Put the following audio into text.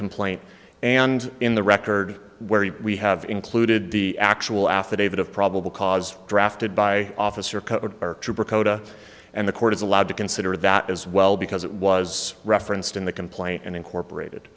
complaint and in the record where we have included the actual affidavit of probable cause drafted by officer code kota and the court is allowed to consider that as well because it was referenced in the complaint and incorporated